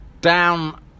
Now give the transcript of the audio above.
down